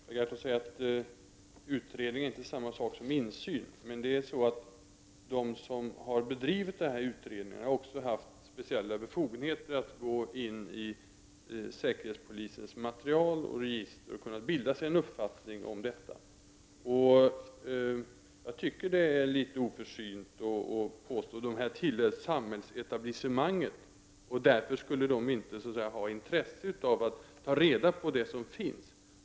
Fru talman! Per Gahrton säger att utredningar inte är detsamma som insyn. Men de som har bedrivit utredningar har haft speciella befogenheter att gå in i säkerhetspolisens material och register, och de har kunnat bilda sig en uppfattning om detta. Jag tycker att det är litet oförsynt att påstå att dessa personer tillhör samhällsetablissemanget och att de därför inte skulle ha intresse av att ta reda på vad som finns.